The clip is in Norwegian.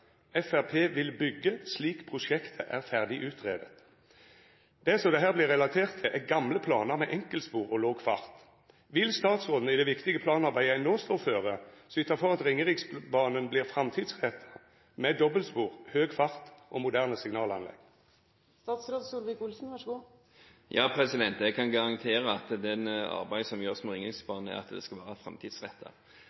Fremskrittspartiet vil bygge slik prosjektet er ferdig utredet.» Det som det her vert vist til, er gamle planar med enkeltspor og låg fart. Vil statsråden i det viktige planarbeidet ein no står føre, syta for at Ringeriksbanen vert framtidsretta, med dobbeltspor, høg fart og moderne signalanlegg? Jeg kan garantere at det arbeidet som gjøres med